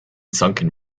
sunken